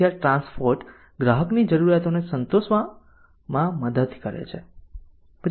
તેથી આ ટ્રાન્સપોર્ટ ગ્રાહકની જરૂરિયાતને સંતોષવામાં મદદ કરે છે